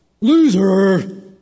Loser